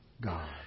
God